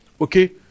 Okay